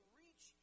reach